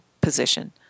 position